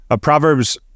Proverbs